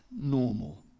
normal